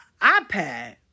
iPad